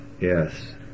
Yes